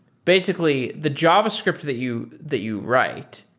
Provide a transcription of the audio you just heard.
basically, the javascript that you that you write,